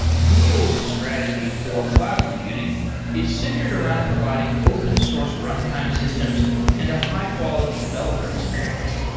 google's strategy for cloud computing is centered around providing open source runtime systems and a high-quality developer experience.